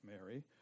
Mary